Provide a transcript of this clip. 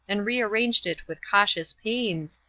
and rearranged it with cautious pains,